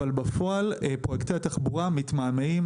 אבל בפועל פרויקטי התחבורה מתמהמהים,